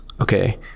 okay